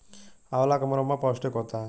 आंवला का मुरब्बा पौष्टिक होता है